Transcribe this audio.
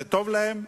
זה טוב להם?